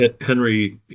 Henry